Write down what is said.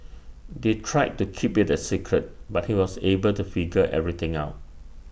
they tried to keep IT A secret but he was able to figure everything out